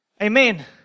Amen